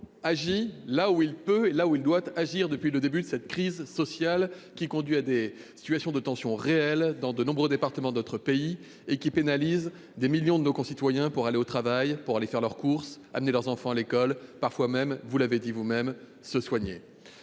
agit là où il le peut et là où il le doit, depuis le début de cette crise sociale, qui conduit à des situations de tension réelle dans de nombreux départements de notre pays et qui pénalise des millions de nos concitoyens pour se rendre à leur travail, faire leurs courses, amener leurs enfants à l'école, voire, vous l'avez dit vous-même, se soigner.